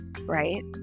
right